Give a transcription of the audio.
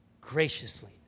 graciously